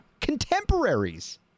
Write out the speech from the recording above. contemporaries